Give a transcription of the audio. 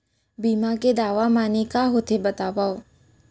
बीमा के दावा माने का होथे बतावव?